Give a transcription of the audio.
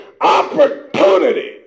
opportunity